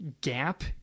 gap